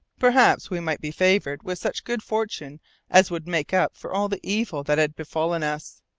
perhaps we might be favoured with such good fortune as would make up for all the evil that had befallen us!